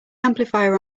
amplifier